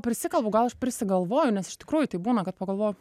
prisikalbu gal aš prisigalvoju nes iš tikrųjų tai būna kad pagalvoju